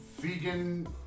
vegan